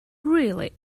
really